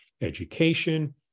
education